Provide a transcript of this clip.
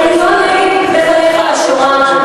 כי אני לא נגד לחנך על השואה,